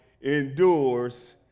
endures